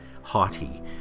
haughty